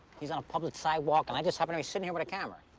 he's on a public sidewalk and i just happen to be sitting here with camera.